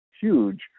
huge